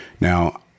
Now